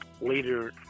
later